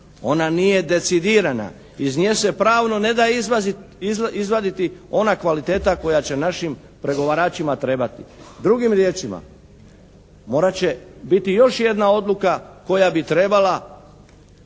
Ona nije decidirana. Iz nje se pravno ne izvaditi ona kvaliteta koja će našim pregovaračima trebati. Drugim riječima morati će biti još jedna odluka bi trebala